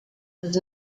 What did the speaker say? was